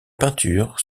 peintures